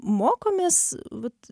mokomės vat